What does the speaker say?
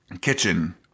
kitchen